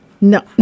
no